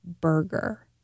burger